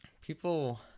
people